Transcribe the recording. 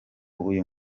uyu